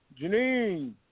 Janine